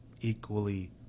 equally